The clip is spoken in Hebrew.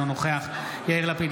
אינו נוכח יאיר לפיד,